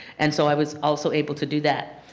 and so i was also able to do that.